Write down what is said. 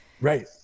Right